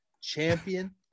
champion